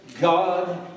God